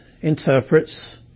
interprets